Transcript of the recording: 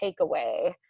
takeaway